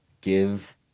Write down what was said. Give